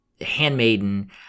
Handmaiden